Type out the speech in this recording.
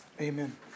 Amen